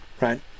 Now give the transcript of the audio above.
right